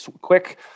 quick